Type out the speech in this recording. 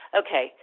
okay